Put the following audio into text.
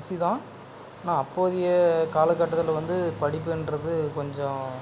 easy தான் ஆனால் அப்போதைய கால கட்டத்தில் வந்து படிப்புன்றது கொஞ்சம்